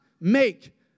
make